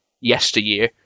yesteryear